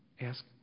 ask